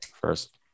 first